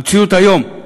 המציאות היום,